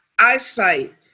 Eyesight